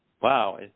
wow